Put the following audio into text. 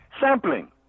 sampling